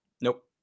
nope